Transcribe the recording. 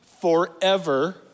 forever